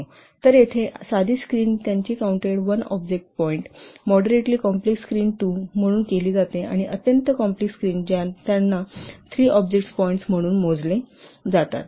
तर येथे साधी स्क्रीन त्यांची counted 1 object point moderately complex screen 2 म्हणून केली जाते आणि अत्यंत कॉम्प्लेक्स स्क्रीन ज्या त्यांना 3 ऑब्जेक्ट पॉईंट्स म्हणून मोजले जातात